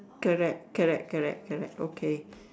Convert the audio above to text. correct correct correct okay